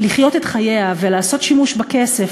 לחיות את חייה ולעשות שימוש בכסף,